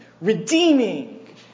redeeming